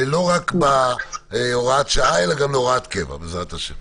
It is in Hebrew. לא רק בהוראת שעה אלא גם בהוראות קבע, בעזרת השם.